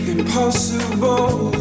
Impossible